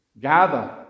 gather